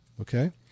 okay